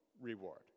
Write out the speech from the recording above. reward